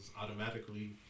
automatically